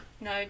no